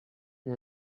and